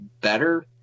better